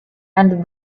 and